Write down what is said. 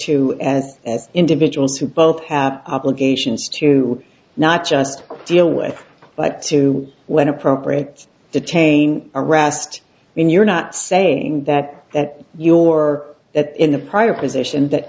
two and as individuals who both have obligations to not just deal with but to when appropriate detain arrest when you're not saying that that you or that in a prior position that